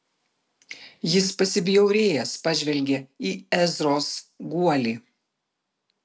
jis pasibjaurėjęs pažvelgė į ezros guolį